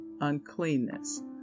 uncleanness